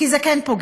כי זה כן פוגע,